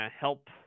help